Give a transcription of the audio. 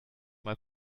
mal